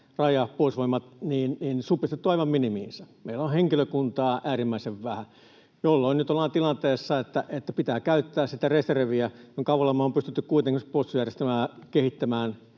Raja, Puolustusvoimat — supistettu aivan minimiinsä. Meillä on henkilökuntaa äärimmäisen vähän, jolloin nyt ollaan tilanteessa, että pitää käyttää sitä reserviä, jonka avulla me ollaan pystytty kuitenkin esimerkiksi puolustusjärjestelmää kehittämään